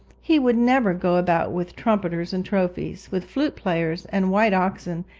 he would never go about with trumpeters and trophies, with flute-players and white oxen,